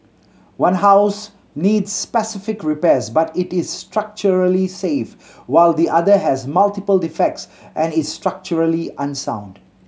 one house needs specific repairs but it is structurally safe while the other has multiple defects and is structurally unsound